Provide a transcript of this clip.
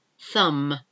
Thumb